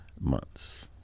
months